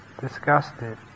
Disgusted